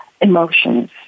emotions